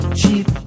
cheap